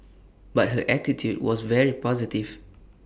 but her attitude was very positive